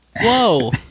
Whoa